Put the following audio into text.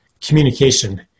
communication